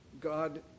God